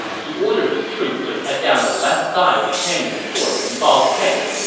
he ordered his troops to head down the left side of the canyon toward ling bao's camp.